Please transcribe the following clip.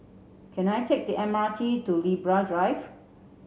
can I take the M R T to Libra Drive